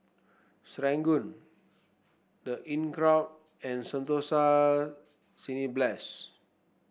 Serangoon The Inncrowd and Sentosa Cineblast